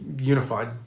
unified